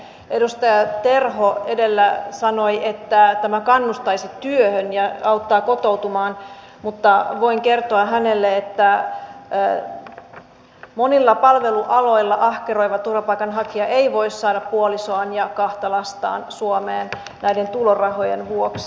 edustaja terho edellä sanoi että tämä kannustaisi työhön ja auttaa kotoutumaan mutta voin kertoa hänelle että monilla palvelualoilla ahkeroiva turvapaikanhakija ei voi saada puolisoaan ja kahta lastaan suomeen näiden tulorajojen vuoksi